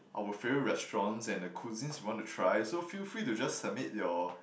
our favourite restaurants and the cuisine we want to try so feel free to just submit your